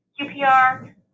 QPR